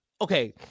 Okay